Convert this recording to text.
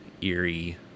eerie